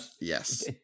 Yes